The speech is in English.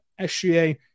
SGA